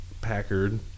Packard